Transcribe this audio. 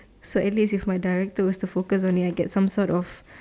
so at least if my director was to focus on it I get some sort of